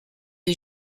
est